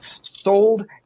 sold